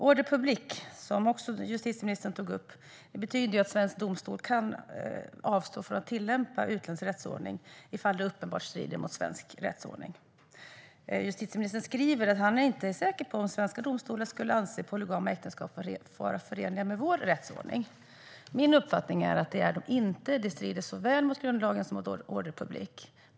Ordre public, som justitieministern tog upp, betyder att svensk domstol kan avstå från att tillämpa utländsk rättsordning om det uppenbart strider mot svensk rättsordning. Justitieministern säger att han inte är säker på om svenska domstolar skulle anse polygama äktenskap förenliga med vår rättsordning. Min uppfattning är att de inte är det. De strider mot såväl grundlagen som ordre public.